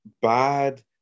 bad